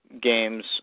games